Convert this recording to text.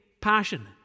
passion